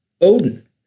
Odin